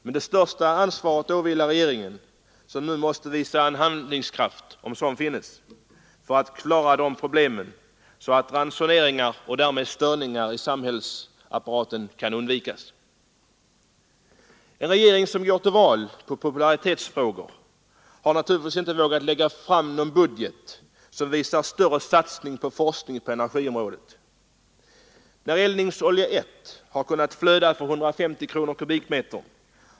Men det största ansvaret åvilar regeringen, som nu måste visa handlingskraft — om sådan finns — när det gäller att lösa problemen, så att ransoneringar och därmed störningar i samhällsapparaten kan undvikas. En regering som går till val på popularitetsfrågor har naturligtvis inte vågat lägga fram en budget med någon större satsning på forskning på energiområdet. När eldningsolja 1 kunnat flöda för 150 kornor/m?